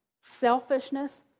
selfishness